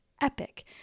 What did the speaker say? epic